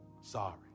sorry